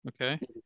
Okay